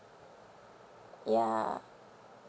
ya